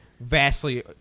vastly